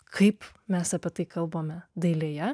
kaip mes apie tai kalbame dailėje